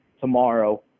tomorrow